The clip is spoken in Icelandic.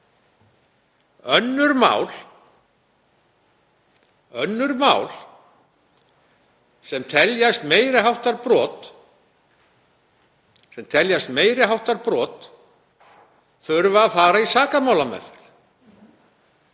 Önnur mál sem teljast meiri háttar brot þurfa að fara í sakamálameðferð